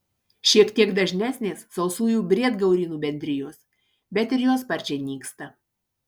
šiek tiek dažnesnės sausųjų briedgaurynų bendrijos bet ir jos sparčiai nyksta